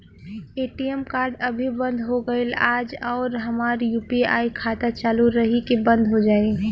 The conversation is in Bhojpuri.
ए.टी.एम कार्ड अभी बंद हो गईल आज और हमार यू.पी.आई खाता चालू रही की बन्द हो जाई?